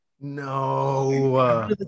No